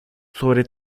sobre